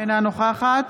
אינה נוכחת